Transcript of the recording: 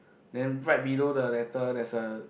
then right below the letter there's a